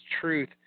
truth